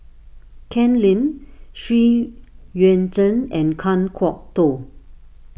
Ken Lim Xu Yuan Zhen and Kan Kwok Toh